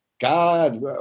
God